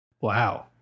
Wow